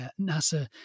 Nasa